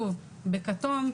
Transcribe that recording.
שוב בכתום,